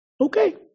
Okay